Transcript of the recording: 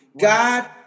God